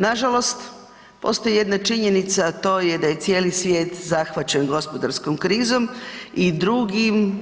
Nažalost, postoji jedna činjenica, a to je da je cijeli svijet zahvaćen gospodarskom krizom i drugim